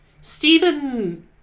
Stephen